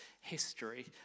history